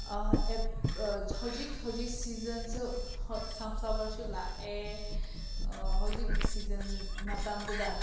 ꯍꯧꯖꯤꯛ ꯍꯧꯖꯤꯛ ꯁꯤꯖꯟꯁꯨ ꯍꯣꯏ ꯁꯟꯐ꯭ꯂꯥꯋꯔꯁꯨ ꯂꯥꯛꯑꯦ ꯍꯧꯖꯤꯛꯀꯤ ꯁꯤꯖꯟ ꯃꯇꯝꯗꯨꯗ